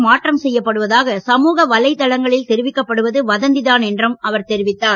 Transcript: தாம் அவர் மாற்றம் செய்யப்படுவதாக சமூக வலைதளங்களில் தெரிவிக்கப்படுவது வதந்தி தான் என்றும் அவர் தெரிவித்தார்